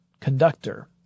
conductor